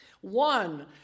One